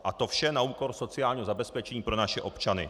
A to vše na úkor sociálního zabezpečení pro naše občany.